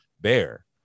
Bear